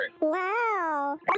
Wow